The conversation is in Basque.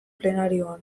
plenarioan